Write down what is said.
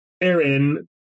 Aaron